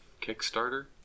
Kickstarter